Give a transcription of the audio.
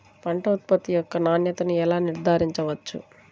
పంట ఉత్పత్తి యొక్క నాణ్యతను ఎలా నిర్ధారించవచ్చు?